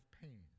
pain